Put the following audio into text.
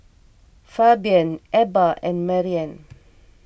Fabian Ebba and Marian